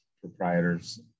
proprietors